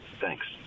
Thanks